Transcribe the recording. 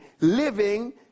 Living